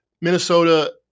Minnesota